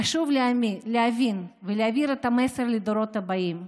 חשוב להבין ולהעביר את המסר לדורות הבאים: